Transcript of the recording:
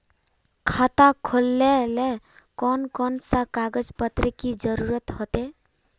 खाता खोलेले कौन कौन सा कागज पत्र की जरूरत होते?